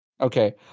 okay